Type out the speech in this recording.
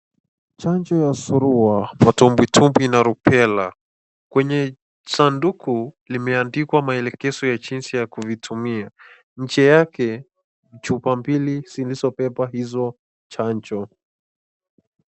Chanjo ya surua, matumbwitumbwi na rubela. Kwenye sanduku limeandikwa maelekezo ya jinsi ya kuvitumia ,nje yake chupa mbili zilizobeba hizo chanjo.